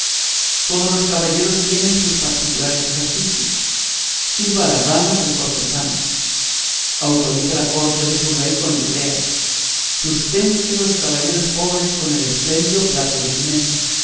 todos los caballeros tienen sus particulares ejercicios sirva a las damas el cortesano autorice la corte de su rey con libreas sustente los caballeros pobres con el espléndido plato de su mesa